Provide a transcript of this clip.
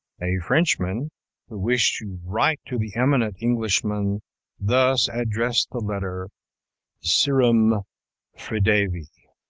a frenchman who wished to write to the eminent englishman thus addressed the letter serum fridavi.